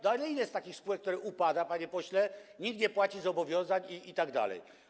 No, ale ile jest takich spółek, które upadają, panie pośle, nikt nie płaci zobowiązań itd.